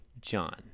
John